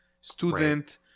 student